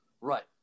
Right